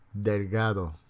Delgado